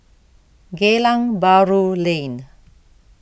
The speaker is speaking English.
Geylang Bahru Lane